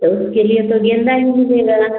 तो उसके लिए तो गेंदा ही मिलेगा ना